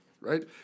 right